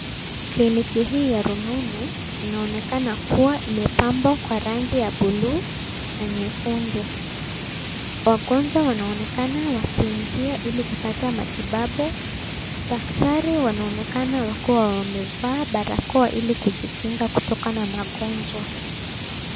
Kliniki hii ya rununu inaonekana kua imepamwa kwa rangi ya buluu na nyekundu. Wagonjwa wanaonekana wakiingia ili kupata matibabu. Daktari wanaonekana wakiwa wamevaa barakoa ili kujikinga kutokana na magonjwa.